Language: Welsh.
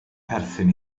perthyn